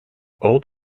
old